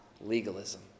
legalism